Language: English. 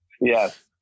Yes